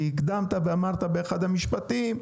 כי הקדמת ואמרת באחד המשפטים,